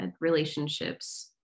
relationships